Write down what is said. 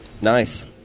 Nice